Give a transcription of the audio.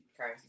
Okay